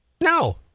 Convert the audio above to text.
No